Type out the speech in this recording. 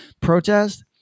protest